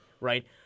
right